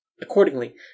Accordingly